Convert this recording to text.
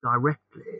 directly